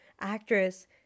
actress